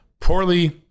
poorly